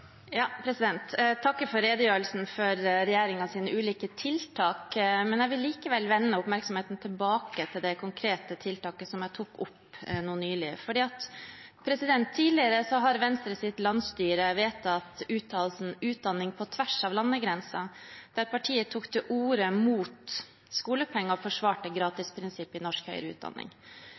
Jeg takker for redegjørelsen om regjeringens ulike tiltak. Jeg vil likevel vende oppmerksomheten tilbake til det konkrete tiltaket som jeg tok opp nå nylig, for tidligere har Venstres landsstyre vedtatt uttalelsen «Utdanning på tvers av landegrenser!», der partiet tok til orde mot skolepenger og forsvarte gratisprinsippet i norsk høyere utdanning.